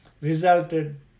resulted